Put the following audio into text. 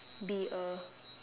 be a